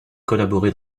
collaboré